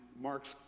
marks